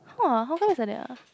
how uh how come it's like that ah